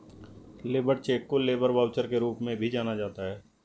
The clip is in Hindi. लेबर चेक को लेबर वाउचर के रूप में भी जाना जाता है